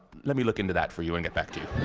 let me look into that for you and get back to you.